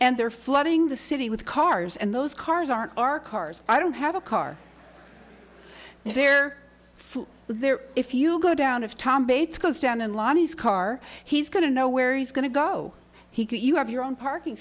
and they're flooding the city with cars and those cars aren't our cars i don't have a car they're there if you go down if tom bates goes down in lot he's car he's going to know where he's going to go he could you have your own parking